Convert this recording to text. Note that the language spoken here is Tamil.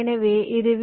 எனவே இது வி